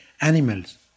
animals